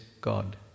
God